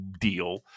Deal